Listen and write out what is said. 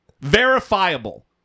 verifiable